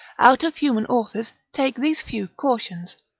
out of human authors take these few cautions,